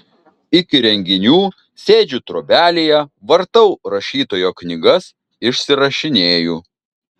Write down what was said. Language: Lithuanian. iki renginių sėdžiu trobelėje vartau rašytojo knygas išsirašinėju